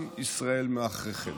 עם ישראל מאחוריכם.